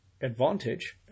advantage